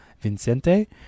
Vincente